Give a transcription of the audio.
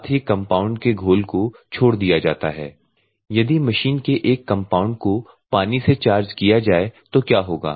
साथ ही कम्पाउन्ड के घोल को छोड़ दिया जाता है यदि मशीन को एक कम्पाउन्ड और पानी से चार्ज किया जाए तो क्या होगा